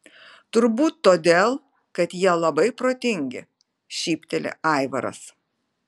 turbūt todėl kad jie labai protingi šypteli aivaras